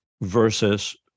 versus